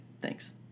Thanks